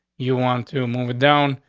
you want to move it down,